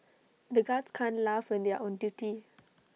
the guards can't laugh when they are on duty